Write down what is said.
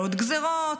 לעוד גזרות.